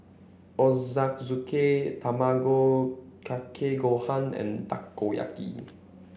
Ochazuke Tamago Kake Gohan and Takoyaki